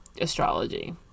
astrology